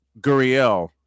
Guriel